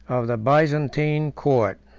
of the byzantine court.